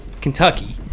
Kentucky